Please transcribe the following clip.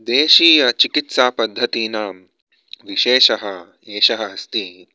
देशीयचिकित्सापद्धतीनां विशेषः एषः अस्ति